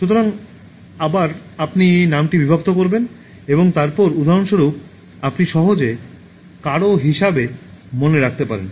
সুতরাং আবার আপনি নামটি বিভক্ত করবেন এবং তারপরে উদাহরণস্বরূপ আপনি সহজে কারও হিসাবে মনে রাখতে পারেন